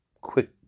quick